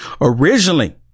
originally